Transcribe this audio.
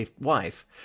wife